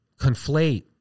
conflate